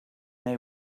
they